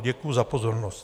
Děkuji za pozornost.